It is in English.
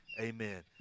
Amen